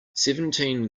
seventeen